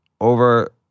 over